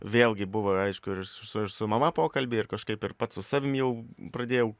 vėlgi buvo aišku ir su ir su mama pokalbiai ir kažkaip ir pats su savim jau pradėjau